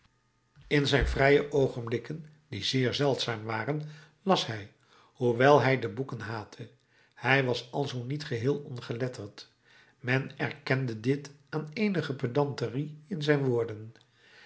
in zijn vrije oogenblikken die zeer zeldzaam waren las hij hoewel hij de boeken haatte hij was alzoo niet geheel ongeletterd men erkende dit aan eenige pedanterie in zijn woorden